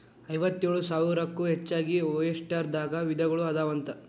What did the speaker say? ಐವತ್ತೇಳು ಸಾವಿರಕ್ಕೂ ಹೆಚಗಿ ಒಯಸ್ಟರ್ ದಾಗ ವಿಧಗಳು ಅದಾವಂತ